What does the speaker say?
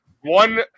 One